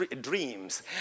dreams